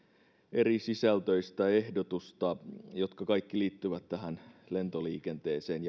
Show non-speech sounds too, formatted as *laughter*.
erisisältöistä ehdotusta jotka kaikki liittyvät tähän lentoliikenteeseen *unintelligible*